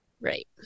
right